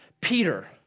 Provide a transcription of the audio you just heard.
Peter